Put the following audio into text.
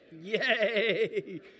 Yay